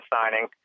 signing